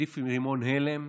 עדיף רימון הלם,